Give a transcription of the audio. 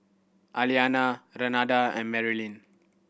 Aliana Renada and Marylin